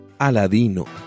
Aladino